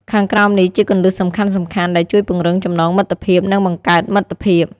ខាងក្រោមនេះជាគន្លឹះសំខាន់ៗដែលជួយពង្រឹងចំណងមិត្តភាព និងបង្កើតមិត្តភាព៖